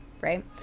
Right